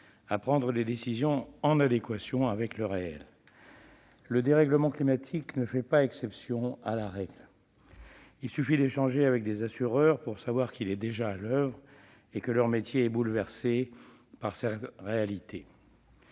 à prendre des décisions en adéquation avec le réel. Le dérèglement climatique ne fait pas exception à la règle. Il suffit de discuter avec des assureurs pour savoir qu'il est déjà à l'oeuvre ; leur métier est bouleversé par cette réalité.